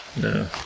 No